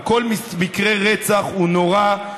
וכל מקרה רצח הוא נורא,